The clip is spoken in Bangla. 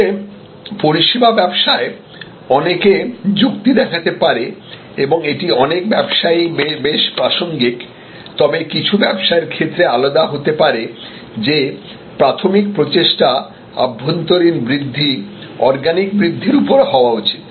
তবে পরিষেবা ব্যবসায় অনেকে যুক্তি দেখাতে পারে এবং এটি অনেক ব্যবসায়েই বেশ প্রাসঙ্গিক তবে কিছু ব্যবসায়ের ক্ষেত্রে আলাদা হতে পারে যে প্রাথমিক প্রচেষ্টা অভ্যন্তরীণ বৃদ্ধি অর্গানিক বৃদ্ধির উপর হওয়া উচিত